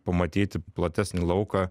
pamatyti platesnį lauką